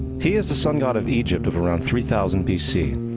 he is the sun god of egypt of around three thousand bc.